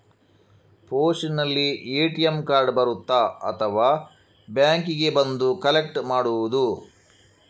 ಪೋಸ್ಟಿನಲ್ಲಿ ATM card ಬರುತ್ತಾ ಅಥವಾ ಬ್ಯಾಂಕಿಗೆ ಬಂದು ಕಲೆಕ್ಟ್ ಮಾಡುವುದು?